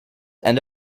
and